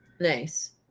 Nice